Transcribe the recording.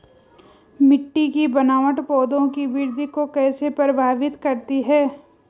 मिट्टी की बनावट पौधों की वृद्धि को कैसे प्रभावित करती है?